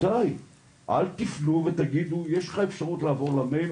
אל תפנו ותגידו יש לך אפשרות לעבור למייל,